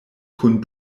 kun